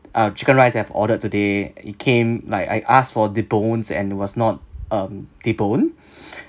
uh chicken rice I've ordered today it came like I asked for debone and it was not um debone